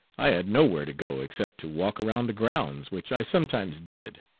i had no where to go except to walk around the grounds, which i sometimes did.